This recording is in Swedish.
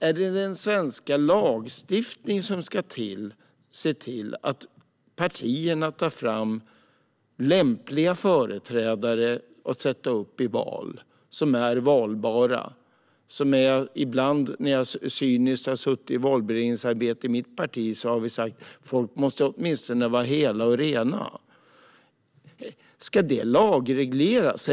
Är det den svenska lagstiftningen som ska se till att partierna inför val tar fram lämpliga företrädare som är valbara? När jag har suttit i valberedningsarbete i mitt parti har vi cyniskt sagt att folk åtminstone måste vara hela och rena. Ska det lagregleras?